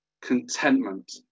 contentment